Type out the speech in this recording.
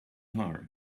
harm